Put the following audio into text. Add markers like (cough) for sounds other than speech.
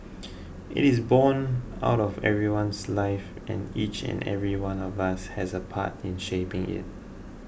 (noise) it is borne out of everyone's life and each and every one of us has a part in shaping it